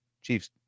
Chiefs